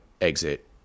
exit